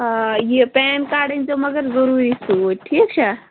آ یہِ PAN card أنۍزیٚو مگر ضروٗری سٍتۍ ٹھیٖک چھا